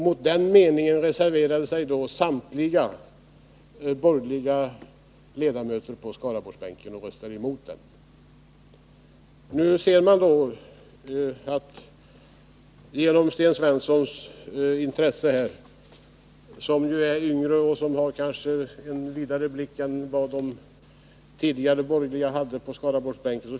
Mot den meningen reserverade sig då samtliga borgerliga ledamöter på Skaraborgsbänken och röstade emot detta uttalande. Sten Svensson har visat intresse för detta område. Han är yngre och har kanske en vidare blick än de tidigare borgerliga ledamöterna på Skaraborgsbänken.